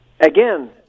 again